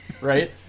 Right